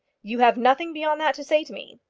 you have nothing beyond that to say to me?